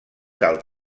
del